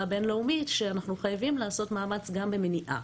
הבינלאומית שאנחנו חייבים לעשות מאמץ גם במניעה.